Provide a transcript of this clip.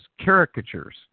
caricatures